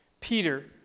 Peter